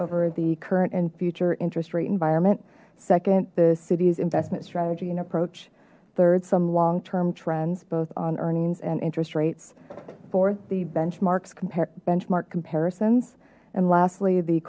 over the current and future interest rate environment second the city's investment strategy and approach third some long term trends both on earnings and interest rates for the benchmarks benchmark comparisons and last